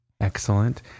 excellent